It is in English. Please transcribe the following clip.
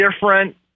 different